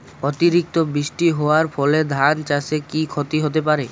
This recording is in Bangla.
অতিরিক্ত বৃষ্টি হওয়ার ফলে ধান চাষে কি ক্ষতি হতে পারে?